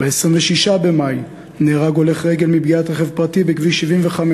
ב-26 במאי נהרג הולך רגל מפגיעת רכב פרטי בכביש 75,